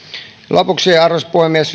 lopuksi arvoisa puhemies